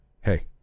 hey